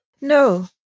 No